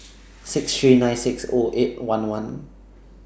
six three nine six O eight one one